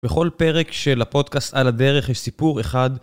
בכל פרק של הפודקאסט על הדרך יש סיפור אחד.